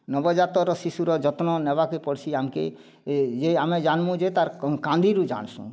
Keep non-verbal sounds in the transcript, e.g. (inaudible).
ନବଜାତର ଶିଶୁର ଯତ୍ନ ନେବାକେ ପଡ଼୍ସି ଆମ୍କେ (unintelligible) ଇଏ ଆମେ ଜାଣିବୁ ଯେ ତା'ର କାନ୍ଦିରୁ ଯାନ୍ସୁ